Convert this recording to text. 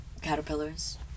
caterpillars